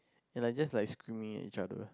and like just like screaming at each other